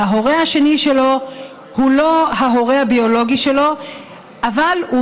וההורה השני שלו הוא לא ההורה הביולוגי שלו אבל הוא